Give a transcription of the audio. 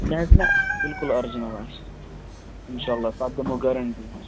نہ حظ نہ بِلکُل آرِجنل آسہِ اِنشاء اللّہ تَتھ دِمہٕ بہٕ گارَنٛٹی حظ